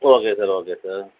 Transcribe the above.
okay sir okay sir